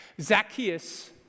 Zacchaeus